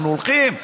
אנחנו הולכים.